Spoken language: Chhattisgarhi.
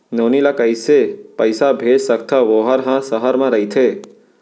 नोनी ल कइसे पइसा भेज सकथव वोकर ह सहर म रइथे?